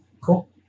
Cool